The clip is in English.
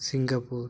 Singapore